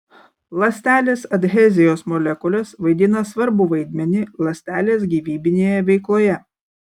ląstelės adhezijos molekulės vaidina svarbų vaidmenį ląstelės gyvybinėje veikloje